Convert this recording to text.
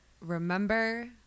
remember